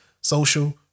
social